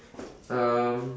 um